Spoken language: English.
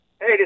Hey